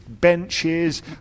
benches